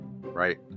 right